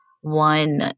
one